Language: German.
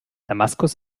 damaskus